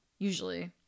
usually